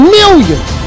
millions